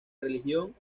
religión